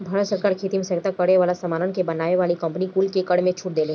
भारत सरकार खेती में सहायता करे वाला सामानन के बनावे वाली कंपनी कुल के कर में छूट देले